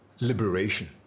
liberation